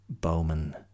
Bowman